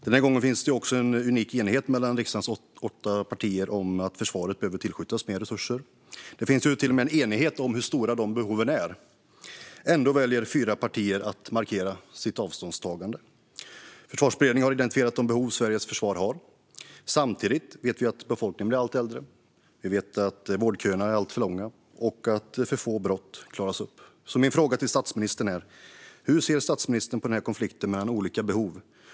Den här gången finns det också en unik enighet mellan riksdagens åtta partier om att försvaret behöver tillskjutas mer resurser. Det finns till och med en enighet om hur stora de behoven är. Ändå väljer fyra partier att markera sitt avståndstagande. Försvarsberedningen har identifierat de behov Sveriges försvar har. Samtidigt vet vi att befolkningen blir allt äldre. Vi vet att vårdköerna är alltför långa och att för få brott klaras upp. Min fråga till statsministern är: Hur ser statsministern på konflikten mellan olika behov?